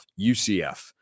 UCF